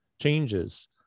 changes